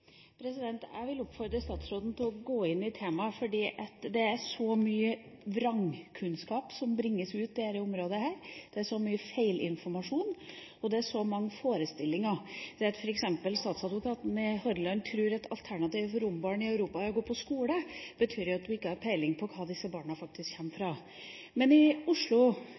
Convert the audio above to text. Jeg vil oppfordre statsråden til å gå inn i temaet, fordi det er så mye vrangkunnskap som bringes ut på dette området, det er så mye feilinformasjon, og det er så mange forestillinger. Når f.eks. Statsadvokaten i Hordaland tror at alternativet for rombarn i Europa er å gå på skole, betyr jo det at man ikke har peiling på hvor disse barna faktisk kommer fra.